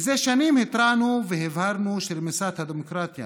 שנים התרענו והבהרנו שרמיסת הדמוקרטיה